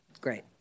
Great